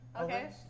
Okay